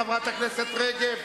חברת הכנסת רגב.